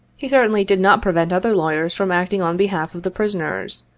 he certainly did not prevent other lawyers from acting on behalf of the prisoners.